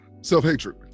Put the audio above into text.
Self-hatred